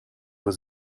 was